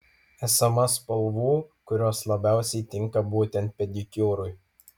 esama spalvų kurios labiausiai tinka būtent pedikiūrui